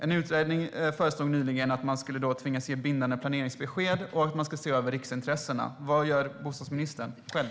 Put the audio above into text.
En utredning föreslog nyligen att man ska tvingas ge bindande planeringsbesked och se över riksintressena. Vad gör bostadsministern själv?